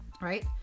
right